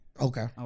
Okay